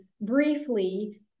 briefly